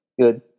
good